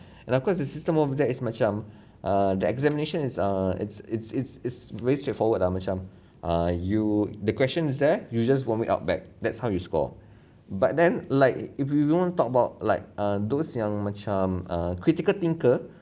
and of course the system over there is macam err the examination is err it's it's it's it's very straightforward ah macam uh you the question is there you just vomit out back that's how you score but then like if you wanna talk about like err those yang macam err critical thinker